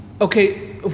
Okay